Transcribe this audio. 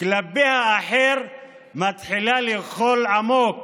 כלפי האחר מתחילות לאכול עמוק